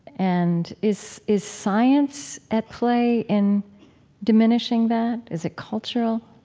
and is is science at play in diminishing that? is it cultural?